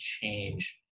change